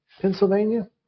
Pennsylvania